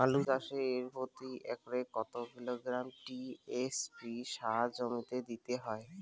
আলু চাষে প্রতি একরে কত কিলোগ্রাম টি.এস.পি সার জমিতে দিতে হয়?